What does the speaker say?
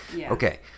Okay